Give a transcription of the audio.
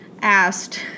asked